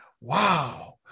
Wow